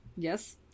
Yes